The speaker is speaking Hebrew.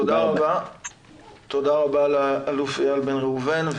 תודה רבה לאלוף איל בן ראובן,